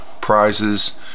Prizes